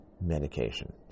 medication